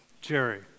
Jerry